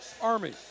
Army